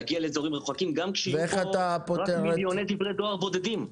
להגיע לאזורים מרוחקים גם כשיהיו כאן רק מיליוני דברי דואר בודדים.